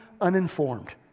uninformed